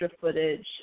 footage